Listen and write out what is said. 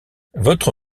votre